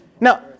Now